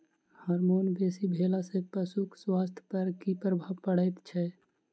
Hormone बेसी भेला सॅ पशुक स्वास्थ्य पर की प्रभाव पड़ैत छै?